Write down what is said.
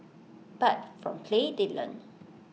but from play they learn